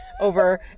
over